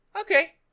okay